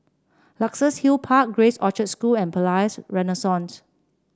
Luxus Hill Park Grace Orchard School and Palais Renaissance